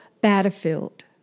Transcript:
battlefield